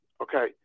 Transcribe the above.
Okay